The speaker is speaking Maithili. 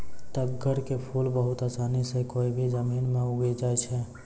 तग्गड़ के फूल बहुत आसानी सॅ कोय भी जमीन मॅ उगी जाय छै